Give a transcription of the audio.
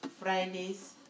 fridays